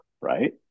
right